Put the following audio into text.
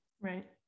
right